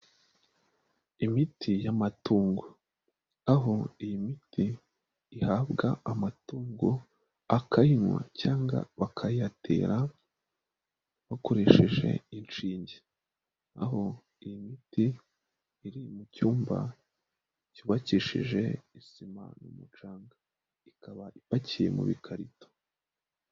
Imiti y'amatungo, aho iyi miti ihabwa amatungo akayinywa cyangwa bakayiyatera bakoresheje inshinge. Aho iyi miti iri mu cyumba cyubakishije isima n'umucanga. Ikaba ipakiye mu bikarito.